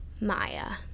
Maya